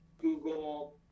Google